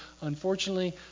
unfortunately